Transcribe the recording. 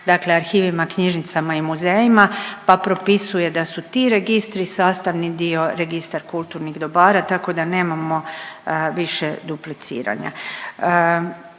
dakle arhivima, knjižnicama i muzejima, pa propisuje da su ti registri sastavni dio Registar kulturnih dobara, tako da nemamo više dupliciranja.